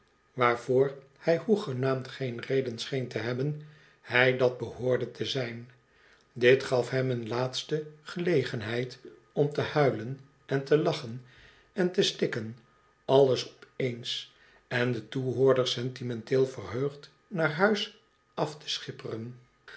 waarvoor hij hoegenaamd geen reden scheen te hebben hij dat behoorde te zijn dit gaf hem een laatste gelegenheid om te huilen en te lachen en te stikken alles op eens en de toehoorders sentimenteel verheugd naar huis af te schipperen